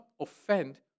offend